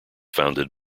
founded